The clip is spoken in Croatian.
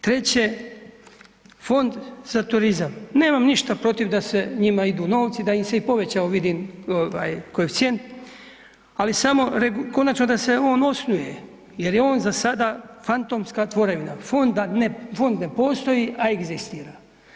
Treće, Fond za turizam, nemam ništa protiv da se njima idu novci, da im se i povećao vidim koeficijent, ali samo, konačno da se osnuje jer je on za sada fantomska tvorevina, fond ne postoji a egzistira.